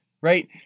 right